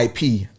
ip